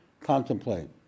contemplate